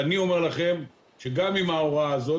גם עם ההוראה הזאת,